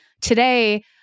today